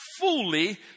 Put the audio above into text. fully